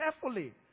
carefully